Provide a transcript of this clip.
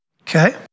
Okay